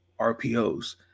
RPOs